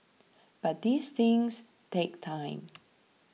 but these things take time